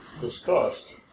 discussed